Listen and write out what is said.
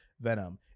venom